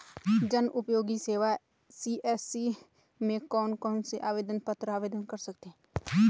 जनउपयोगी सेवा सी.एस.सी में कौन कौनसे आवेदन पत्र आवेदन कर सकते हैं?